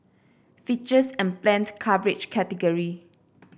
features and planned coverage category